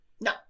No